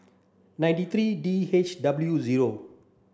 nine three D H W zero